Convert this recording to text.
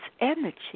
energy